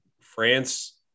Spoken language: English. France